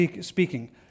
speaking